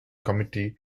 committee